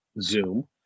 Zoom